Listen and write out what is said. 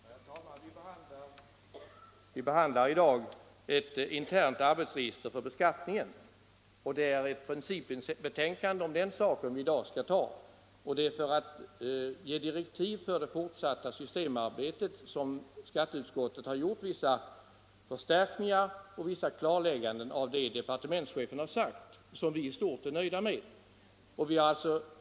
Herr talman! Vi behandlar i dag frågan om ett internt arbetsregister för beskattningen, och det är ett principbetänkande om den saken som vi i dag skall besluta om. Det är också för att ge direktiv för det fortsatta systemarbetet som skatteutskottet har gjort vissa förstärkningar och klarlägganden av det som departementschefen har sagt och som vi i stort 155 sett är nöjda med.